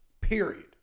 period